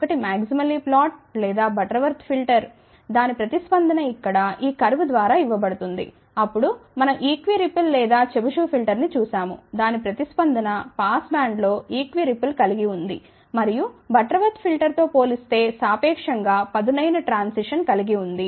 ఒకటి maximally flat లేదా Butterworth filter దాని ప్రతిస్పందన ఇక్కడ ఈ కర్వ్ ద్వారా ఇవ్వబడింది అప్పుడు మనం ఈక్విరిపిల్ లేదా చెబిషివ్ ఫిల్టర్ ని చూశాము దాని ప్రతిస్పందన పాస్ బ్యాండ్లో ఈక్విరిపిల్ కలిగి ఉంది మరియు బటర్వర్త్ ఫిల్టర్తో పోలి స్తే సాపేక్షం గా పదునైన ట్రాన్సిషన్ కలిగి ఉంది